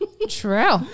True